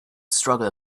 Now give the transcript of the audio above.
struggle